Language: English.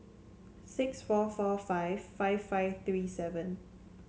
six four four five five five three seven